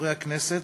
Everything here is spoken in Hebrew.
חברי הכנסת,